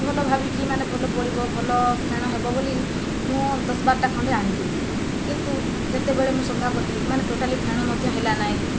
ଭଲ ଭାବିକି ମାନେ ଭଲ ପଡ଼ିବ ଭଲ ଫେଣ ହେବ ବୋଲିକି ମୁଁ ଦଶ ବାରଟା ଖଣ୍ଡେ ଆଣିଥିଲି କିନ୍ତୁ ଯେତେବେଳେ ମୁଁ ସଫାକଲି ମାନେ ଟୋଟାଲି ଫେଣ ମଧ୍ୟ ହେଲା ନାହିଁ